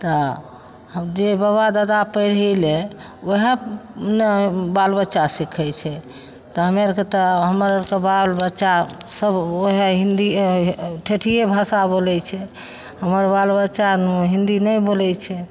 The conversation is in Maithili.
तऽ आब जे बाबा दादा पढ़ि अयलै वएह ने बाल बच्चा सीखै छै तऽ हमे आरके तऽ हमर तऽ बाल बच्चा सब वएह हिंदीये ठेठिये भाषा बोलै छै हमर बाल बच्चा हिंदी नहि बोलै छै